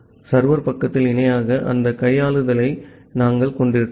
server பக்கத்தில் இணையாக அந்த கையாளுதலை நாங்கள் கொண்டிருக்கிறோம்